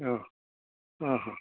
आं आं हां